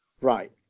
Right